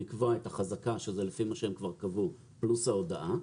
לקבוע את החזקה שזה לפי מה שהם כבר קבעו פלוס ההודעה,